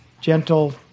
gentle